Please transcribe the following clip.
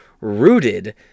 rooted